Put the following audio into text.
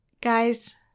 Guys